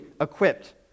equipped